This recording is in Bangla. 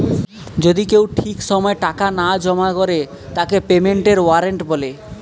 যদি কেউ ঠিক সময় টাকা না জমা করে তাকে পেমেন্টের ওয়ারেন্ট বলে